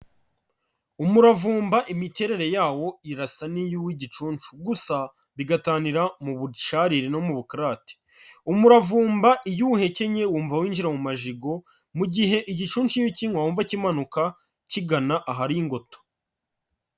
Umuravumba imiterere yawo irasa n'iyo uw'igicunshu, gusa bigatanira mu busharire no mu bukarate, umuravumba iyo uwuhekenye wumva winjira mu majigo ,mu gihe igicunshu iyo ukinywa wumva kimanuka kigana ahari ingoto.